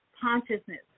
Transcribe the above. consciousness